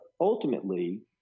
ultimately